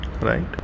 right